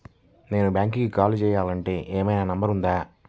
నేను బ్యాంక్కి కాల్ చేయాలంటే ఏమయినా నంబర్ ఉందా?